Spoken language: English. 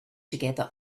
together